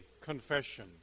confession